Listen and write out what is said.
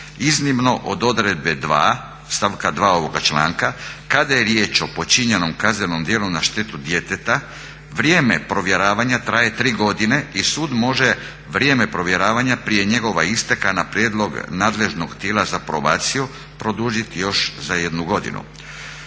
iznimno od odredbe 2, stavka 2.ovoga članka, kad je riječ o počinjenom kaznenom djelu na štetu djeteta vrijeme provjeravanja traje tri godine i sud može vrijeme provjeravanja prije njegova isteka na prijedlog nadležnog tijela za probaciju produžiti još za jednu godinu.